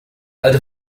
alte